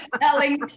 selling